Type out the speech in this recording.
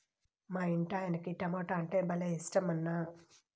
మా ఇంటాయనకి టమోటా అంటే భలే ఇట్టమన్నా